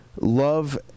love